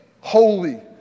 holy